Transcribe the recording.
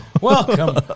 Welcome